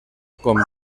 con